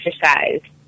exercise